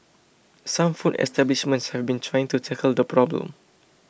some food establishments have been trying to tackle the problem